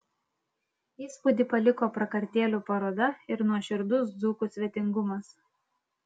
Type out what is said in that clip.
įspūdį paliko prakartėlių paroda ir nuoširdus dzūkų svetingumas